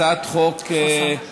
הצעת חוק פשוטה,